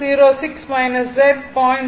06 z 0